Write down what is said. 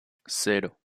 cero